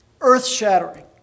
earth-shattering